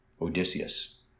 Odysseus